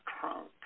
trunk